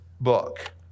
book